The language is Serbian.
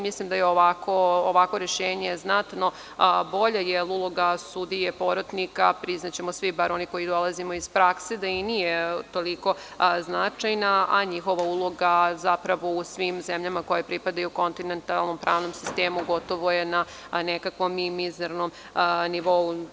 Mislim da je ovakvo rešenje znatno bolje, jer uloga sudije porotnika, priznaćemo svi, barem mi koji dolazimo iz prakse, da nije toliko značajna, a njihova uloga u svim zemljama koje pripadaju kontinentalnom sistemu, gotovo je na mizernom nivou.